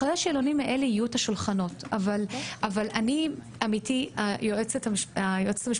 אחרי השאלונים האלה יהיו השולחנות אבל היועצת המשפטית